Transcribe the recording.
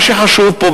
מה שחשוב פה,